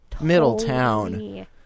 Middletown